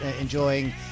enjoying